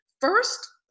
first